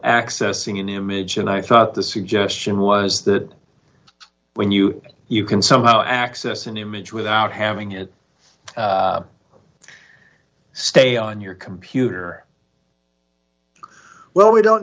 accessing an image and i thought the suggestion was that when you you can somehow access an image without having it stay on your computer well we don't